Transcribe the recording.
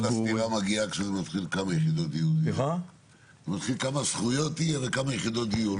הסתירה מגיעה כשזה מתחיל כמה זכויות יהיו וכמה יחידות דיור,